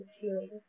feelings